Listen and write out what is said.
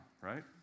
right